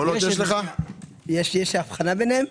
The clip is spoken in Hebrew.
יש הבחנה ביניהם?